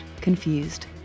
confused